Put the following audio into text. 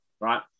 right